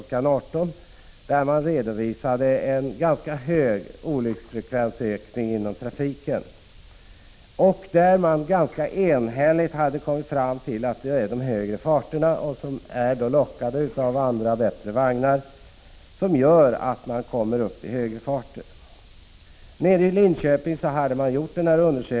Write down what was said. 18.00, där man redovisade en ganska stor olycksfrekvensökning inom trafiken. Man hade så gott som entydigt kommit fram till att det är av bilister i andra och bättre vagnar som man lockas komma upp i högre farter. Denna undersökning hade gjorts i Linköping.